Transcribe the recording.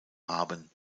haben